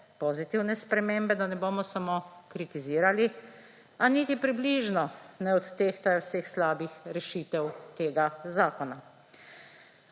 pozitivne spremembe, da ne bomo samo kritizirali, a niti približno ne odtehtajo vseh slabih rešitev tega zakona.